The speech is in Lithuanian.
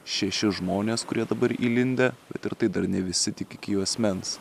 šešis žmones kurie dabar įlindę bet ir tai dar ne visi tik iki juosmens